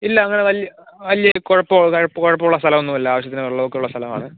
ഇല്ല അങ്ങനെ വലിയ വലിയ കുഴപ്പമോ കുഴപ്പം കുഴപ്പമുള്ള സ്ഥലമൊന്നുമല്ല ആവശ്യത്തിന് വെള്ളമൊക്കെ ഉള്ള സ്ഥലമാണ്